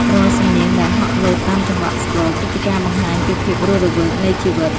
រាល់សំនៀងដែលហក់លោតតាមចង្វាក់ស្គរ គឺជាការបង្ហាញពីភាពរស់រវើកនៃជីវិត។